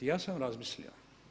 Ja sam razmislio.